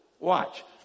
Watch